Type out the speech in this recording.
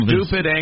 Stupid